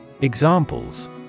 Examples